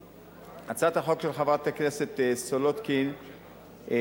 הצעת החוק של חברת הכנסת סולודקין יש